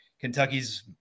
Kentucky's